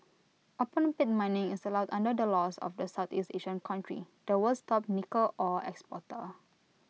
open pit mining is allowed under the laws of the Southeast Asian country the world's top nickel ore exporter